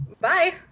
bye